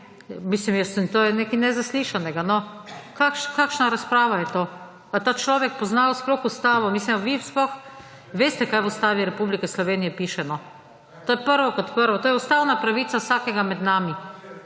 mislim, to je nekaj nezaslišanega! Kakšna razprava je to? Ali ta človek pozna sploh ustavo? Ali vi sploh veste, kaj v Ustavi Republike Slovenije piše? To je prvo kot prvo. To je ustavna pravica vsakega med nami,